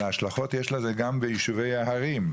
אלא השכלות יש לזה גם בישובי ההרים.